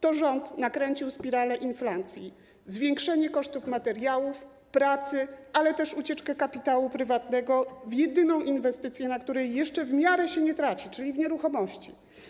To rząd nakręcił spiralę inflacji, zwiększenie kosztów materiałów, pracy, ale też ucieczkę kapitału prywatnego w jedyną inwestycję, na której jeszcze w miarę się nie traci, czyli w nieruchomości.